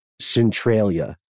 Centralia